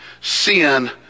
sin